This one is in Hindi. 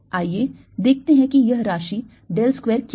आइए देखते हैं कि यह राशि del square क्या है